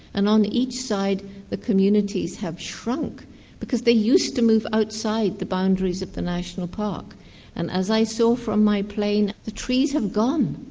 and on each side the communities have shrunk because they used to move outside the boundaries of the national park and, as i saw so from my plane, the trees have gone.